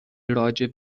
راجع